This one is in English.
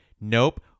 nope